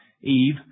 Eve